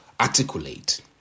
articulate